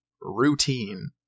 routine